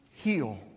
heal